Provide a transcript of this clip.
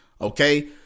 Okay